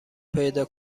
پیدا